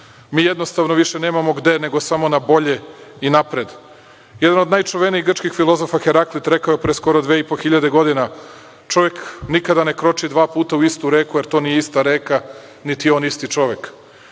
Mi jednostavno više nemamo gde nego samo na bolje i napred. Jedan od najčuvenijih grčkih filozofa, Herakit, rekao je, pre skoro dve i po hiljade godina – čovek nikada ne kroči dva puta u istu reku, jer to nije ista reka, niti je on isti čovek.